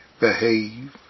behave